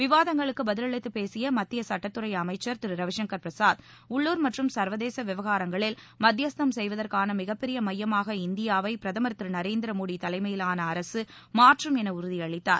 விவாதங்களுக்கு பதில் அளித்து பேசிய மத்திய சட்டத்துறை அமைச்சர் திரு ரவிசங்கர் பிரசாத் உள்ளுர் மற்றும் சர்வதேச விவகாரங்களில் மத்தியஸ்தம் செய்வதற்கான மிகப்பெரிய மையமாக இந்தியாவை பிரதமர் திரு நரேந்திர மோடி தலைமையிலான அரசு மாற்றும் என்று உறுதியளித்தார்